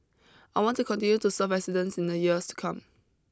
I want to continue to serve residents in the years to come